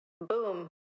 boom